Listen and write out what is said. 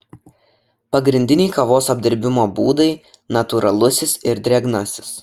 pagrindiniai kavos apdirbimo būdai natūralusis ir drėgnasis